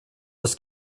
das